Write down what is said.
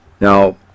Now